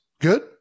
Good